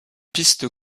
piste